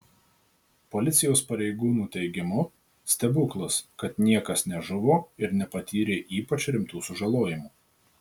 policijos pareigūnų teigimu stebuklas kad niekas nežuvo ir nepatyrė ypač rimtų sužalojimų